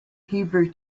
hebrew